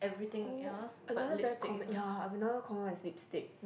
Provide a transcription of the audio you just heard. oh another very common ya another common one is lipstick